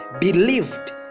believed